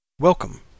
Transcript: Welcome